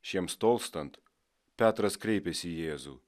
šiems tolstant petras kreipėsi į jėzų